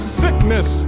sickness